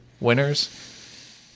winners